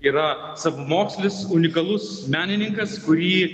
yra savamokslis unikalus menininkas kurį